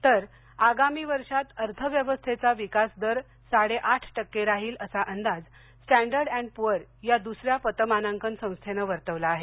तर आगामी वर्षात अर्थव्यवस्थेचा विकासदर साडेआठ टक्के राहील असा अंदाज स्टॅंडर्ड अँड पुअर या दुसऱ्या पतमानांकन संस्थेनं वर्तवला आहे